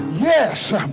Yes